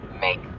Make